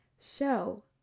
show